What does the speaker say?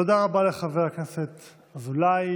תודה רבה לחבר הכנסת אזולאי.